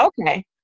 Okay